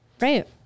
Right